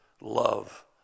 love